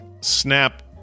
snap